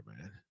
man